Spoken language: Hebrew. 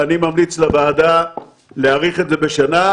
אני ממליץ לוועדה להאריך את זה בשנה,